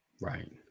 Right